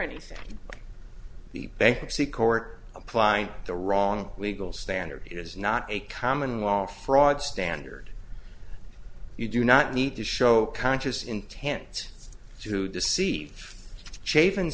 anything like the bankruptcy court applied the wrong legal standard is not a common law fraud standard you do not need to show conscious intent to deceive cha